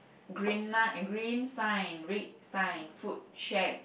green na~ green sign red sign food check